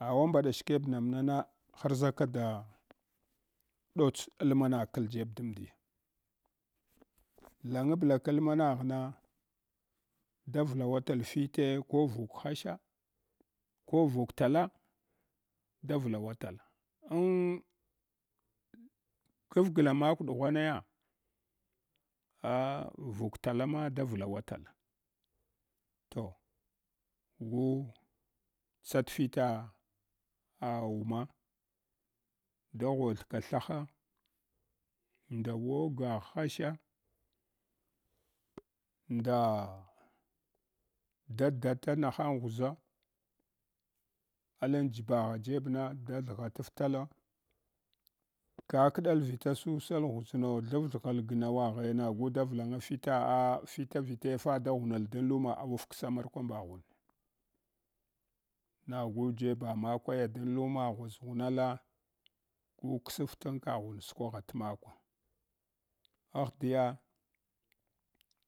Awabada shkebnamnana harzaka da ɗats lalmama kaljeb damdiya langablaka lmanaghna davlawatal fite ko vuk hasha ko vuk tala, da vulawatal fite ko vuk hasha ko vuk tala, da vulawatal en gargla makw ɗughwanaya ah vuk tala mada vulawatal. Toh gu ksat fita wuma da ghpthka thaha nda wogah hasha nda da data nahang ghuʒa allenjiba gha jebna da thgh ataftada kakɗal vita sulal ghuʒno thavthagal gnawaghe nagu da vlana fita ah fita vitaya? Daghunal dan luma awafksa markwa mbaghan nagu jeba makwaya dam luma ghun ghunala kuksftam kaghma skwagh tmakw. Ahdiya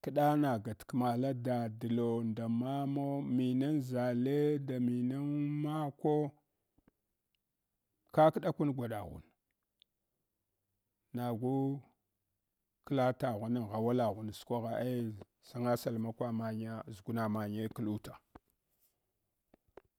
kda na galkama la dallo, nda mamo, minm zale nda minin mako kakɗakum gwaɗaghun nagu klataghu ghawalaghun skwagha eh sangasal makw manya ʒguma many khuta.